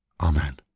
Amen